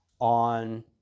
on